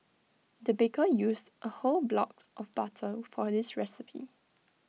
the baker used A whole block of butter for this recipe